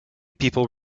people